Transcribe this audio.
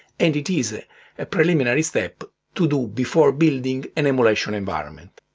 and it is a ah preliminary step to do, before building an emulation environment.